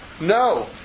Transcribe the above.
No